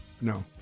No